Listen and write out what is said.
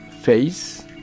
face